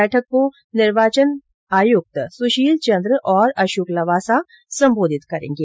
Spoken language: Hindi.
बैठक को निर्वाचन आयुक्त सुशील चन्द्र और अशोक लवासा संबोधित करेंगे